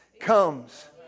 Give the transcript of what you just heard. comes